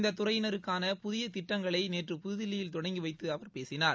இந்த துறையினருக்கான புதிய திட்டங்களை நேற்று புதுதில்லியில் தொடங்கி வைத்து அவர் பேசினார்